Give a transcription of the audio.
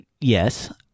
Yes